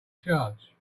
charge